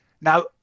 now